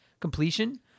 completion